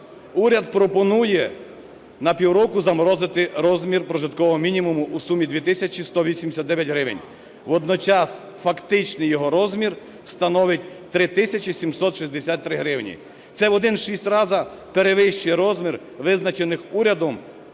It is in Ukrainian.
Уряд пропонує на півроку "заморозити" розмір прожиткового мінімуму у сумі 2189 гривень. Водночас фактичний його розмір становить 3763 гривні. Це в 1,6 рази перевищує розмір визначених урядом